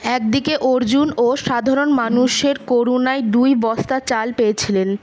এক দিকে অর্জুনও সাধারণ মানুষের করুণায় দুই বস্তা চাল পেয়েছিলেন